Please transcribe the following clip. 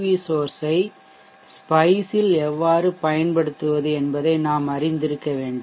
we சோர்ஷ் ஐ ஸ்பைஷ் ல் எவ்வாறு பயன்படுத்துவது என்பதை நாம் அறிந்திருக்க வேண்டும்